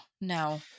no